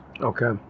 Okay